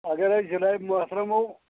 اگر أسۍ جِنابِ محترمو